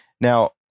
Now